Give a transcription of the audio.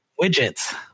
widgets